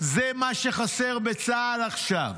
זה מה שחסר בצה"ל עכשיו.